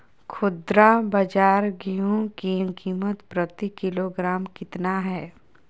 खुदरा बाजार गेंहू की कीमत प्रति किलोग्राम कितना है?